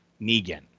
Negan